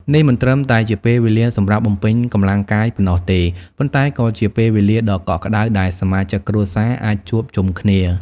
នេះមិនត្រឹមតែជាពេលវេលាសម្រាប់បំពេញកម្លាំងកាយប៉ុណ្ណោះទេ ប៉ុន្តែក៏ជាពេលវេលាដ៏កក់ក្តៅដែលសមាជិកគ្រួសារអាចជួបជុំគ្នា។